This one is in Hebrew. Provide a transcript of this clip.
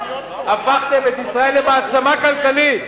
הפכתם את ישראל למעצמה כלכלית,